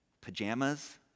pajamas